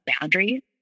boundaries